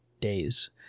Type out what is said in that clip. days